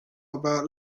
about